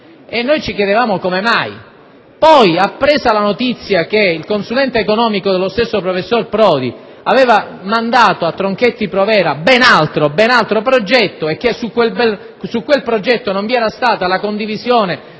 noi ci chiedevamo il motivo. Poi, appresa la notizia che il consulente economico dello stesso professor Prodi aveva mandato a Tronchetti Provera ben altro progetto e che su quel progetto non vi era stata condivisione